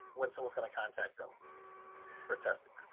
when someone's going to contact them for testing.